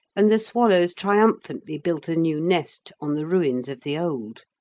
and the swallows triumphantly built a new nest on the ruins of the old.